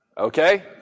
Okay